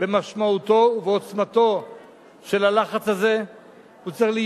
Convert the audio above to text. במשמעותו ובעוצמתו של הלחץ הזה.